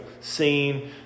scene